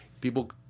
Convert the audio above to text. people